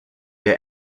der